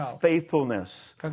faithfulness